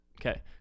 okay